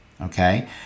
okay